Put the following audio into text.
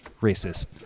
racist